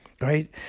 right